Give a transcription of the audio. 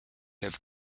have